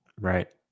Right